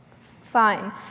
Fine